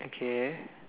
okay